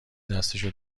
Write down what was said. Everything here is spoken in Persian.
دستشو